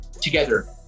together